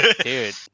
dude